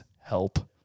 help